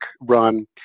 run